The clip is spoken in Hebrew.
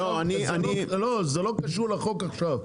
לא, זה לא קשור לחוק עכשיו.